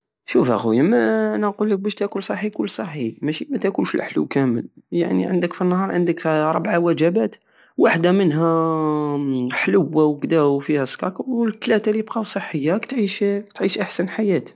شوف ا خويا انا نقلك بش تاكل صحي كول صحي متكلش لحلو كامل يعني عندك فالنهار ربعة وجبات وحدى منها حلوة وكدا وفيها السكاكر والتلاتة لي بقاو صحية راك تعيش احسن حياة